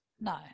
No